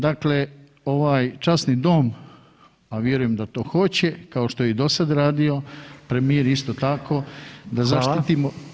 Dakle, ovaj časni dom, a vjerujem da to hoće, kao što je i dosad radio, premijer isto tako, [[Upadica: Hvala.]] da zaštitimo.